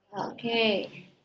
Okay